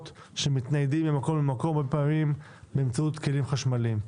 שמתניידים הרבה פעמים באמצעות כלים חשמליים.